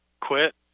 quit